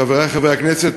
חברי חברי הכנסת,